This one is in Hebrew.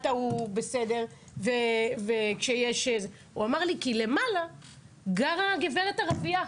"כי למעלה גרה גברת ערבייה,